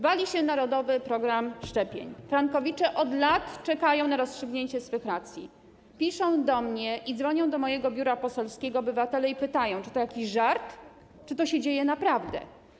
Wali się narodowy program szczepień, tzw. frankowicze od lat czekają na rozstrzygnięcie ich racji, piszą do mnie i dzwonią do mojego biura poselskiego obywatele i pytają, czy to jest jakiś żart, czy to się dzieje naprawdę.